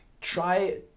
Try